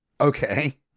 okay